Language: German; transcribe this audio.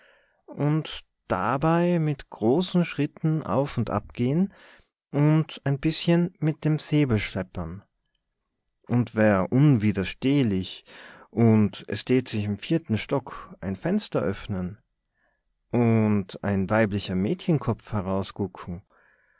und dabei mit großen schritten auf und ab gehen und e bißchen mit dem säbel scheppern und wär unwiderstehlich und es tät sich im vierten stock ein fenster öffnen und ein weiblicher